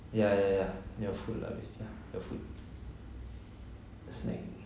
ya ya ya ya food lah ya food listening